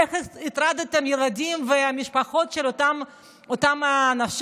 איך הטרדתם ילדים ומשפחות של אותם אנשים?